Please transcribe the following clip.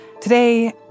Today